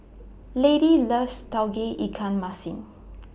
Lady loves Tauge Ikan Masin